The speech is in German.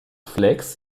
flex